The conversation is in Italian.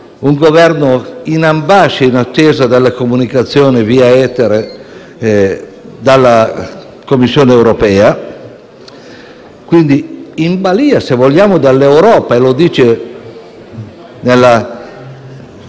era in ambasce, in attesa delle comunicazioni via etere dalla Commissione europea, quindi in balia se vogliamo dell'Europa. E lo dice